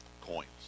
coins